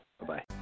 bye-bye